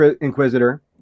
inquisitor